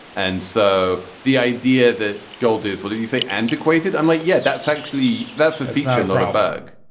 and so the idea that gold is what did you say antiquated. i'm like yeah. that's actually that's a feature not a bug.